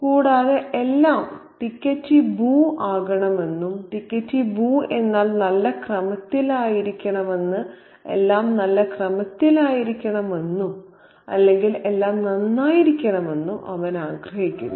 കൂടാതെ എല്ലാം tickety-boo ആകണമെന്നും ടിക്കറ്റി ബൂ എന്നാൽ നല്ല ക്രമത്തിലായിരിക്കണമെന്ന് എല്ലാം നല്ല ക്രമത്തിലായിരിക്കണമെന്നും അല്ലെങ്കിൽ എല്ലാം നന്നായിരിക്കണമെന്നും അവൻ ആഗ്രഹിക്കുന്നു